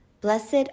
Blessed